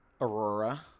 Aurora